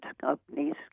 companies